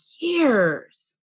years